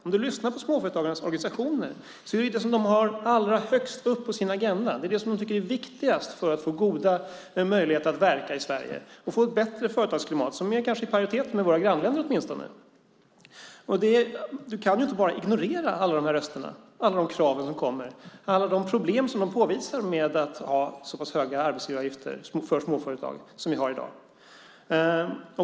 Om du lyssnar på småföretagens organisationer skulle du höra att det är detta som de har allra högst upp på sin agenda och tycker är viktigast för att verka i Sverige och få ett bättre företagsklimat som kanske är i paritet med våra grannländer. Man kan inte bara ignorera dessa röster och krav som kommer och alla de problem som de påvisar med att man har så pass höga arbetsgivaravgifter för småföretag som vi har i dag.